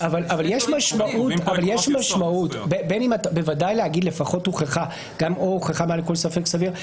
יש משמעות בוודאי לומר לפחות הוכחה או הוכחה מעל לכל ספק סביר.